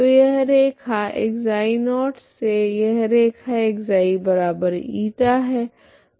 तो यह रैखा ξ0 से यह रैखा ξ η है